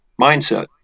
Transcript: mindset